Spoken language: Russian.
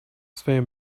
своем